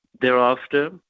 Thereafter